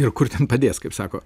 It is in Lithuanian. ir kur ten padės kaip sako